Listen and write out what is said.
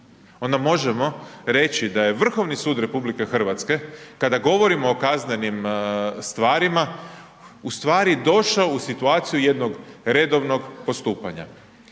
onda možemo reći da je Vrhovni sud RH kada govorimo o kaznenim stvarima, ustvari došao u situaciju jednog redovnog postupanja.